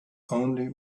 only